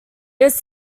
was